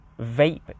vape